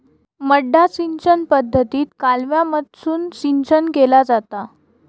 मड्डा सिंचन पद्धतीत कालव्यामधसून सिंचन केला जाता